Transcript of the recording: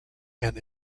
and